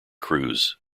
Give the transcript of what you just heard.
cruise